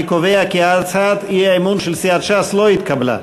אני קובע כי הצעת האי-אמון של סיעת ש"ס לא התקבלה.